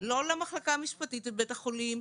לא למחלקה המשפטית בבית החולים,